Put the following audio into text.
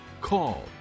call